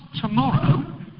tomorrow